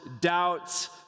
doubts